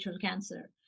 cancer